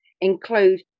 include